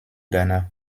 ghana